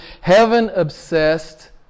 heaven-obsessed